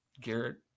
Garrett